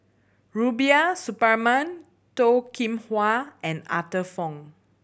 Rubiah Suparman Toh Kim Hwa and Arthur Fong